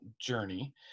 journey